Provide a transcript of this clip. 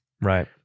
Right